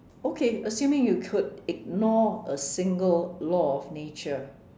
okay assuming you could ignore a single law of nature